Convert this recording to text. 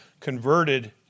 Converted